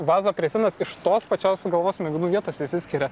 vazopresinas iš tos pačios galvos smegenų vietos išsiskiria